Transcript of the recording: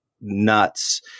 nuts